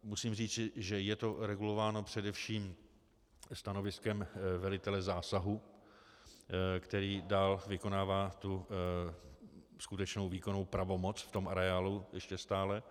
Musím říci, že je to regulováno především stanoviskem velitele zásahu, který dál vykonává tu skutečnou výkonnou pravomoc v tom areálu ještě stále.